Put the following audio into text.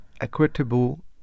equitable